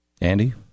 Andy